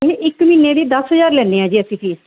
ਇੱਕ ਮਹੀਨੇ ਦੀ ਦੱਸ ਹਜ਼ਾਰ ਲੈਂਦੇ ਹਾਂ ਜੀ ਅਸੀਂ ਫੀਸ